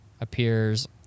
appears